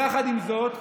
יחד עם זאת,